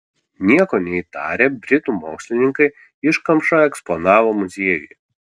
nieko neįtarę britų mokslininkai iškamšą eksponavo muziejuje